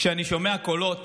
כשאני שומע קולות